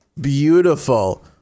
beautiful